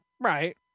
Right